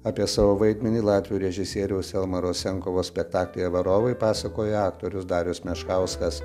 apie savo vaidmenį latvių režisieriaus elmaro senkovo spektaklyje varovai pasakoja aktorius darius meškauskas